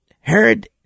heard